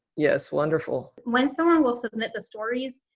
yes. wonderful when someone will submit the stories.